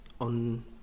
on